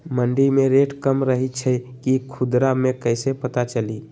मंडी मे रेट कम रही छई कि खुदरा मे कैसे पता चली?